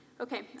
okay